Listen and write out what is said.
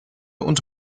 und